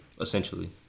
essentially